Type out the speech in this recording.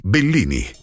Bellini